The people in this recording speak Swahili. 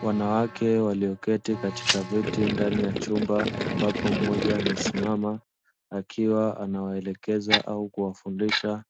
Wanawake walioketi katika viti ndani ya chumba, ambapo mmoja amesimama akiwa anawaelekeza au kuwafundisha